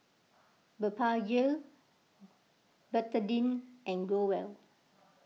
Blephagel Betadine and Growell